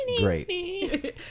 great